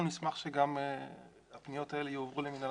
אנחנו נשמח שגם הפניות האלה יועברו למינהל